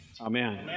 Amen